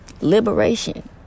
liberation